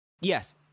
Yes